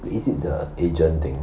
is it the agent thing